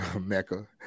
Mecca